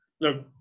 Look